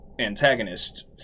antagonist